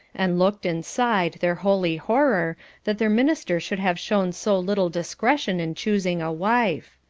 and looked and sighed their holy horror that their minister should have shown so little discretion in choosing a wife.